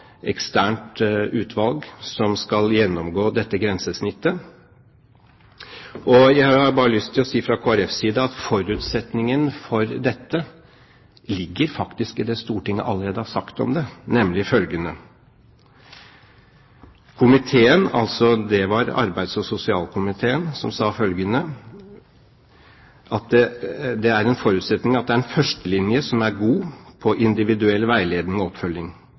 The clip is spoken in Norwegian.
eksternt utvalg som skal gjennomgå dette grensesnittet. Jeg har bare lyst til å si fra Kristelig Folkepartis side at forutsetningen for dette faktisk ligger i det Stortinget allerede har sagt om det: Komiteen, altså arbeids- og sosialkomiteen, sa at det er en forutsetning at det er «en førstelinje som er god på individuell veiledning og oppfølging.